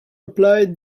applied